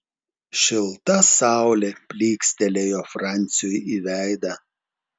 šilta saulė plykstelėjo franciui į veidą